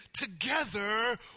together